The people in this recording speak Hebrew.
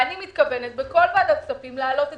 אני מתכוונת בכל ועדת כספים להעלות את